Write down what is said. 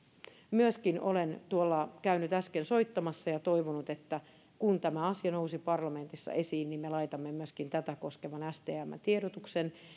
myöskin olen käynyt äsken tuolla soittamassa ja toivonut että kun tämä asia nousi parlamentissa esiin niin me laitamme myöskin tätä koskevan stmn tiedotuksen